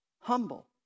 humble